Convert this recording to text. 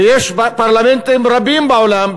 ויש פרלמנטים רבים בעולם,